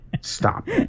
Stop